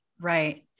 Right